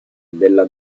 della